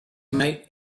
mate